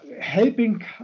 helping